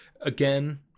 again